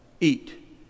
Eat